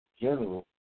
general